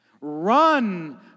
Run